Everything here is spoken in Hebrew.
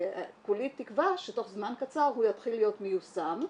וכולי תקווה שתוך זמן קצר הוא יתחיל להיות מיושם.